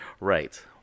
Right